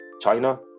China